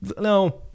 No